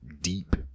deep